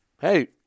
hey